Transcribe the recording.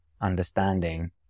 understanding